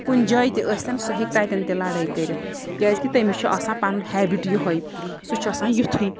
کُنہِ جایہِ تہِ ٲسۍتَن سُہ ہیٚکہِ تَتٮ۪ن تہِ لَڑٲے کٔرِتھ کیٛازِکہِ تٔمِس چھُ آسان پَنُن ہیبِٹ یِہوٚے سُہ چھُ آسان یُتھُے